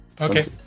Okay